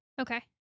Okay